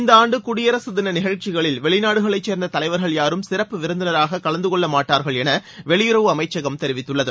இந்த ஆண்டு குடியரசு தின நிகழ்ச்சிகளில் வெளிநாடுகளைச் சேர்ந்த தலைவர்கள் யாரும் சிறப்பு விருந்தினராக கலந்து கொள்ள மாட்டார்கள் என வெளியுறவு அமைச்சகம் தெரிவித்துள்ளது